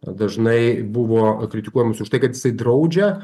dažnai buvo kritikuojamas už tai kad jisai draudžia